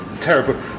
terrible